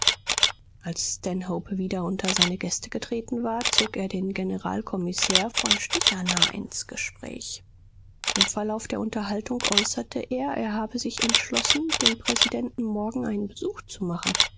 als stanhope wieder unter seine gäste getreten war zog er den generalkommissär von stichaner ins gespräch im verlauf der unterhaltung äußerte er er habe sich entschlossen dem präsidenten morgen seinen besuch zu machen